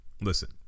listen